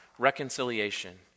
Reconciliation